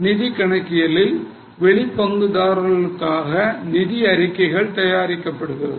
நிதி கணக்கியலில் வெளி பங்குதாரர்களுக்காக நிதி அறிக்கைகள் தயாரிக்கப்படுகின்றன